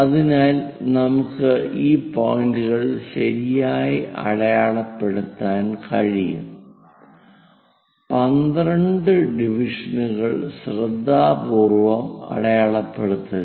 അതിനാൽ നമുക്ക് ഈ പോയിന്റുകൾ ശരിയായി അടയാളപ്പെടുത്താൻ കഴിയും 12 ഡിവിഷനുകൾ ശ്രദ്ധാപൂർവ്വം അടയാളപ്പെടുത്തുക